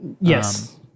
Yes